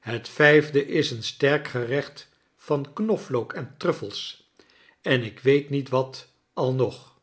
het vijfde is een sterk gerecht van knoflook en truffels en ik weet niet wat al nog